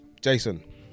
Jason